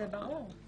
זה ברור.